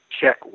check